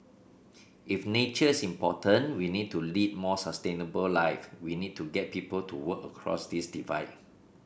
if nature's important we need to lead more sustainable life we need to get people to work across this divide